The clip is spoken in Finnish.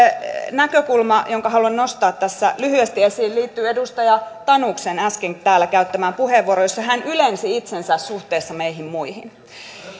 näkökulma jonka haluan nostaa tässä lyhyesti esiin liittyy edustaja tanuksen äsken täällä käyttämään puheenvuoroon jossa hän ylensi itsensä suhteessa meihin muihin